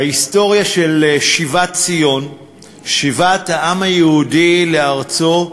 בהיסטוריה של שיבת ציון, שיבת העם היהודי לארצו,